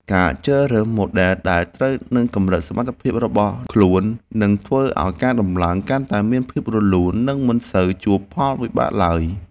ការជ្រើសរើសម៉ូដែលដែលត្រូវនឹងកម្រិតសមត្ថភាពរបស់ខ្លួននឹងធ្វើឱ្យការដំឡើងកាន់តែមានភាពរលូន និងមិនសូវជួបផលវិបាកឡើយ។